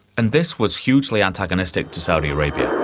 and this was hugely antagonistic to saudi arabia.